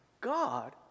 God